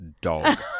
dog